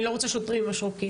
אני לא רוצה שוטרים עם משרוקית,